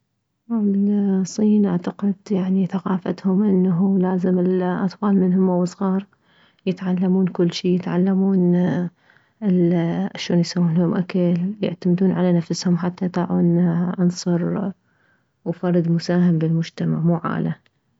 الصين اعتقد يعني ثقافتهم انه لازم الاطفال الصغار يتعلمون كلشي يتعلمون شلون يسوولهم اكل يعتمدون على نفسهم حتى يطلعون عنصر وفرد مساهم بالمجتمع مو عالة